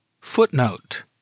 Footnote